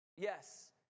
Yes